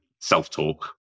self-talk